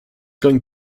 going